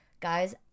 Guys